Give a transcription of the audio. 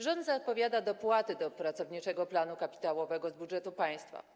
Rząd zapowiada dopłaty do pracowniczego planu kapitałowego z budżetu państwa.